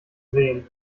sehen